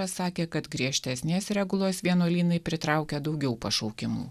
sakė kad griežtesnės regulos vienuolynai pritraukia daugiau pašaukimų